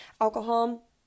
alcohol